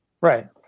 Right